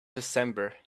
december